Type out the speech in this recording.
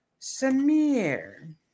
Samir